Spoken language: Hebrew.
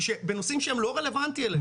בנושאים שהם לא רלוונטיים אליהם.